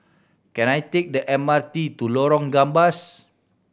can I take the M R T to Lorong Gambas